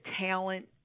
talent